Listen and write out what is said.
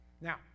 Now